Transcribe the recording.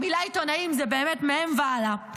המילה עיתונאים היא באמת מהם והלאה,